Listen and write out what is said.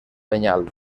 penyal